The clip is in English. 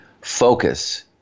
focus